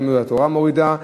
גם יהדות התורה מורידה.